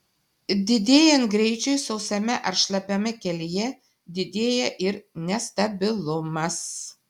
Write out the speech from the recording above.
didėjant greičiui sausame ar šlapiame kelyje didėja ir nestabilumas